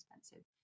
expensive